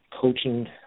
coaching